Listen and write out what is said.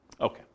Okay